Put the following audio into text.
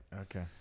Okay